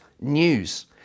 news